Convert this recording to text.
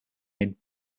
mint